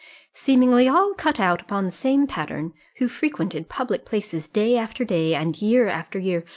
seemingly all cut out upon the same pattern, who frequented public places day after day, and year after year,